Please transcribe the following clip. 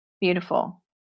beautiful